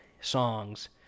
songs